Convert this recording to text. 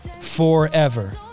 Forever